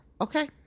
okay